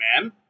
man